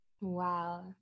Wow